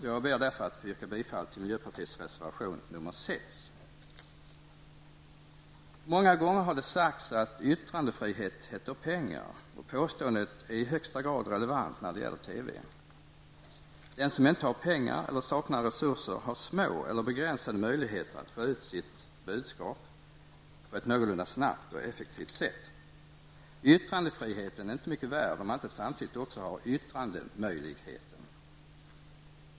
Jag ber därför att få yrka bifall till miljöpartiets reservation nr 6. Många gånger har det sagts att yttrandefrihet heter pengar, och påståendet är i högsta grad relevant när det gäller TV. Den som inte har pengar eller saknar resurser har små eller begränsade möjligheter att få ut sitt budskap på ett någorlunda snabbt och effektivt sätt. Yttrandefriheten är inte mycket värd, om man inte samtidigt också har yttrandemöjlighet.